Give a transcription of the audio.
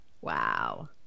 Wow